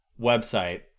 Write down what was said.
website